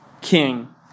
king